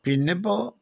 പിന്നെ ഇപ്പോൾ